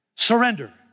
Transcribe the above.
Surrender